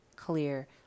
Clear